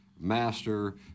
Master